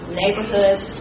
neighborhoods